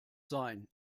sein